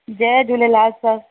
Jay Jhulelal sir